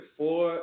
four